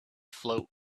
float